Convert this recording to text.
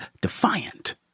defiant